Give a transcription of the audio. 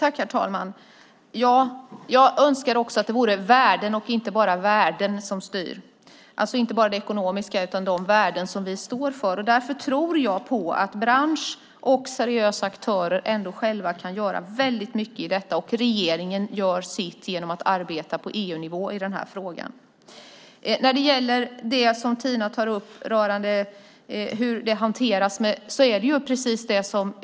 Herr talman! Jag önskar att det inte bara är ekonomiska värden som styr utan också de värden vi står för. Därför tror jag på att branschen och seriösa aktörer kan göra mycket för detta. Regeringen gör sitt genom att arbeta på EU-nivå. Tina tar upp hur det hanteras.